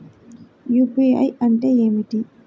UPI అంటే ఏమిటి?